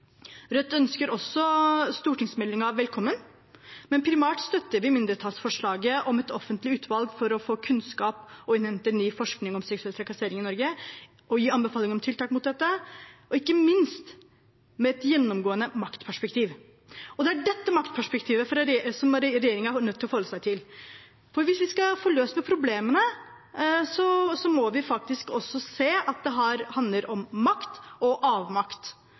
Rødt ønsker også stortingsmeldingen velkommen, men primært støtter vi mindretallsforslaget om et offentlig utvalg for å få kunnskap og innhente ny forskning om seksuell trakassering i Norge og gi anbefalinger om tiltak mot dette, ikke minst med et gjennomgående maktperspektiv. Det er dette maktperspektivet regjeringen er nødt til å forholde seg til, for hvis vi skal få løst problemene, må vi faktisk også se at det handler om makt og avmakt.